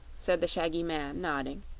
said the shaggy man, nodding,